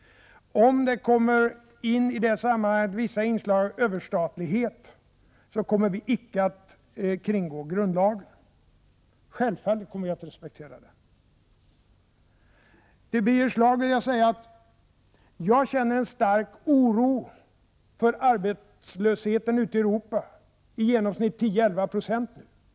Om det i detta sammanhang kommer in vissa inslag av överstatlighet, ämnar vi icke kringgå grundlagen. Vi kommer självfallet att respektera den. Låt mig till Birger Schlaug säga att jag känner en stark oro när det gäller den arbetslöshet på i genomsnitt 10-11 26 som finns i Europa.